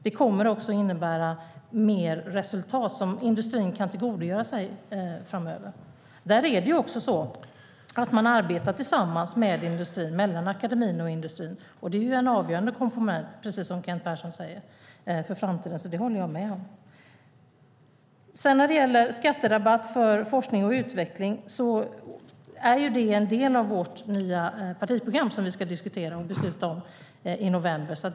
Det kommer också att innebära mer resultat som industrin kan tillgodogöra sig framöver. Det är också så att akademin och industrin arbetar tillsammans, och det är en avgörande komponent för framtiden, precis som Kent Persson säger. Det håller jag med om. En skatterabatt för forskning och utveckling är en del av vårt nya partiprogram som vi ska diskutera och besluta om i november.